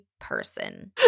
person